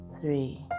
three